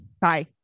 Bye